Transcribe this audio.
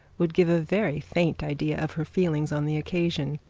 would give a very faint idea of her feelings on the occasion.